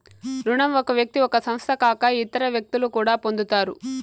రుణం ఒక వ్యక్తి ఒక సంస్థ కాక ఇతర వ్యక్తులు కూడా పొందుతారు